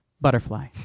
butterfly